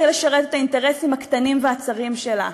לשרת את האינטרסים הקטנים והצרים שלה.